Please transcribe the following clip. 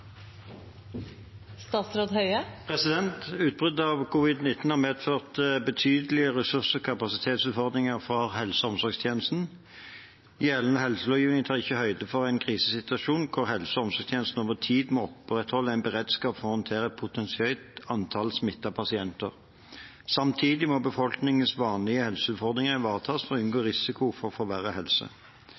Utbruddet av covid-19 har medført betydelige ressurs- og kapasitetsutfordringer for helse- og omsorgstjenesten. Gjeldende helselovgivning tar ikke høyde for en krisesituasjon hvor helse- og omsorgstjenesten over tid må opprettholde en beredskap for å håndtere et potensielt høyt antall smittede pasienter. Samtidig må befolkningens vanlige helseutfordringer ivaretas for å unngå risiko for forverret helse. Jeg mener at det er behov for hjemler til å